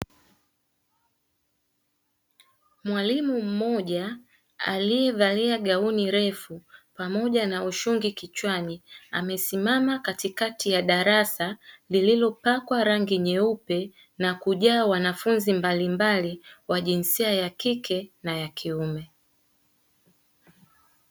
Mwalimu mmoja aliyevalia gauni refu pamoja na ushungi kichwani, amesimama katikati ya darasa lililopakwa rangi nyeupe na kujaa wanafunzi mbalimbali wa jinsia ya kike na ya kiume.